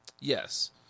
Yes